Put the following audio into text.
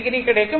5o கிடைக்கும்